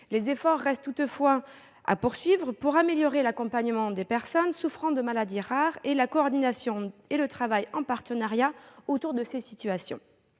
Des efforts restent toutefois à poursuivre pour améliorer tant l'accompagnement des personnes souffrant de maladies rares que la coordination et le travail en partenariat autour de ces situations.